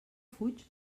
fuig